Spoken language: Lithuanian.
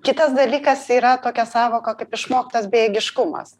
kitas dalykas yra tokia sąvoka kaip išmoktas bejėgiškumas